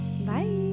bye